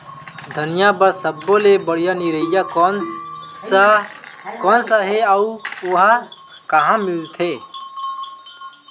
धनिया बर सब्बो ले बढ़िया निरैया कोन सा हे आऊ ओहा कहां मिलथे?